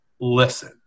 listen